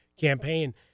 campaign